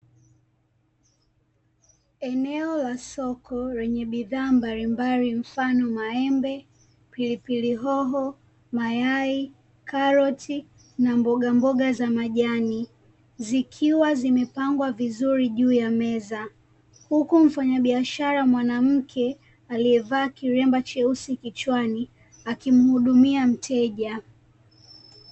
Eneo la soko lenye bidhaa mbalimbali mfano maembe, pilipili hoho, mayai, karoti na mbogamboga za majani zikiwa zimepangwa vizuri juu ya meza. Huku mfanyabiashara mwanamke aliyevaa kiremba cheusi kichwani akimhudumia mteja.